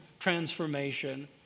transformation